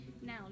now